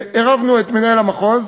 עירבנו את מנהל המחוז,